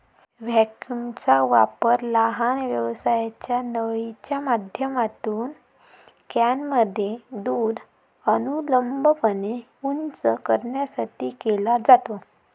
व्हॅक्यूमचा वापर लहान व्यासाच्या नळीच्या माध्यमातून कॅनमध्ये दूध अनुलंबपणे उंच करण्यासाठी केला जातो